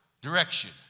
direction